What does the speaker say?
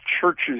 churches